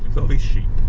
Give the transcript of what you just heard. well the sheep's